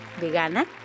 vegana